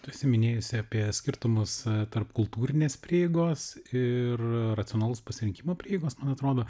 tu esi minėjusi apie skirtumus tarp kultūrinės prieigos ir racionalaus pasirinkimo prieigos man atrodo